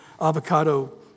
avocado